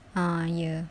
ah ya